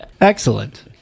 Excellent